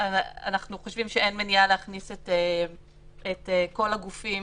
אנחנו חושבים שאין מניעה להכניס את כל הגופים